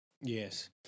yes